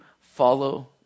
follow